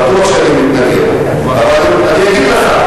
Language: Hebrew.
בטוח שאני מתנגד, אבל אני אגיד לך.